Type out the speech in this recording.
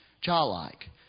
childlike